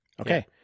Okay